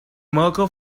mirco